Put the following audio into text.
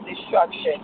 destruction